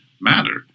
matter